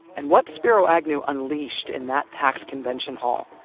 and what spiro agnew unleashed in that packed convention hall.